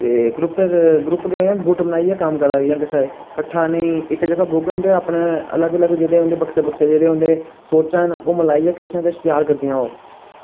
ते ग्रुपें दे ग्रुप केह् हो गुट्ट बनाइयै कम्म करै दियां किट्ठे किट्ठा इ'नें इक जगह् बौह्ङन ते अपने अलग अलग जेह्ड़े उं'दे बक्खरे बक्खरे जेह्ड़े उं'दे सोचां न ओ मलाइयै किश ना किश ओ त्यार करदियां ओ